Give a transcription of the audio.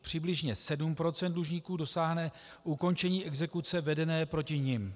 Přibližně 7 % dlužníků dosáhne ukončení exekuce vedené proti nim.